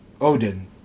Odin